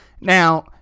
Now